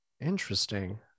Interesting